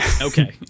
Okay